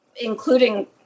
Including